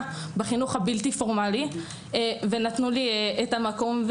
בחינוך הבלתי פורמלי ונתנו לי את המקום,